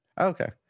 Okay